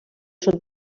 són